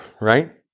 right